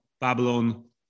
Babylon